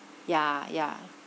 ya ya